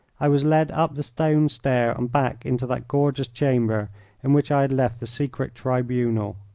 i was led up the stone stair and back into that gorgeous chamber in which i had left the secret tribunal.